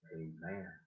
amen